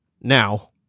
now